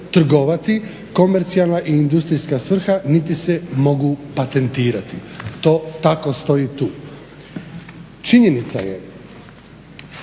komercijalna ili industrijska svrha niti se mogu patentirati". To tako stoji tu. Činjenica je